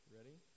Ready